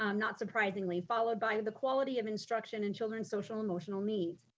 um not surprisingly, followed by the quality of instruction and children's social emotional needs.